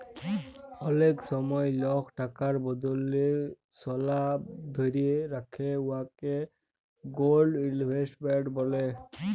অলেক সময় লক টাকার বদলে সলা ধ্যইরে রাখে উয়াকে গোল্ড ইলভেস্টমেল্ট ব্যলে